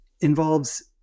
involves